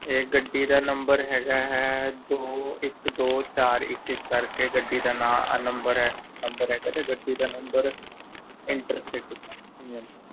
ਇਹ ਗੱਡੀ ਦਾ ਨੰਬਰ ਹੈਗਾ ਹੈ ਦੋ ਇੱਕ ਦੋ ਚਾਰ ਇੱਕ ਇੱਕ ਕਰਕੇ ਗੱਡੀ ਦਾ ਨਾਮ ਅ ਨੰਬਰ ਹੈ ਨੰਬਰ ਹੈਗਾ ਅਤੇ ਗੱਡੀ ਦਾ ਨੰਬਰ ਇੰਟਰਸਿਟੀ ਹਾਂਜੀ ਹਾਂਜੀ